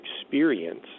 experience